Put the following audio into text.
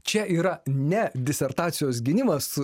čia yra ne disertacijos gynimas